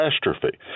catastrophe